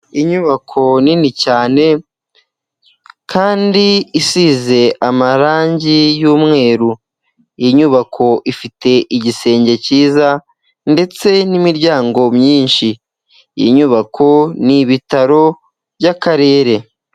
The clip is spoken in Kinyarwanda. Inyubako nini cyane kandi isize amarangi y'umweru, iyi nyubako ifite igisenge cyiza ndetse n'Imiryango myinshi iyi nyubako ni ibitaro by'akarere.